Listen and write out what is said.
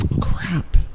Crap